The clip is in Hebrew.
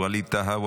ווליד טאהא,